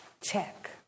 check